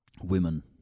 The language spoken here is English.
women